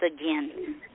again